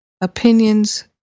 opinions